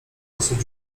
osób